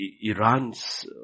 Iran's